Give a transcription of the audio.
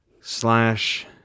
slash